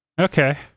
Okay